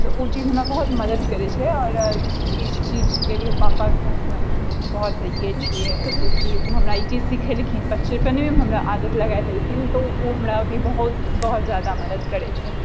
तऽ उ चीज हमरा बहुत मदद करै छै आओर इस चीजके लिए पापाके तऽ हमे बहुत ये छियै जेकि उ हमरा ई चीज सिखेलखिन बचपनेमे हमरा आदत लगा देलखिन तऽ उ हमरा अभी बहुत बहुत जादा मदद करै छै